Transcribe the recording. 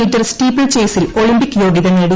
metre steeple ചെയ്സിൽ Olympic യോഗ്യത നേടി